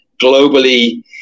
globally